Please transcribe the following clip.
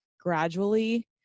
gradually